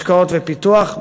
השקעות ופיתוח,